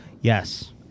Yes